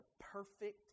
perfect